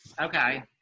Okay